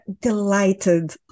delighted